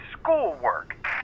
schoolwork